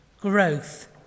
growth